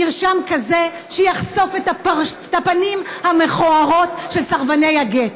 מרשם כזה שיחשוף את הפנים המכוערות של סרבני הגט.